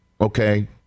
Okay